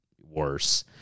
worse